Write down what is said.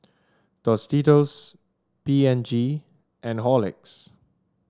Tostitos P and G and Horlicks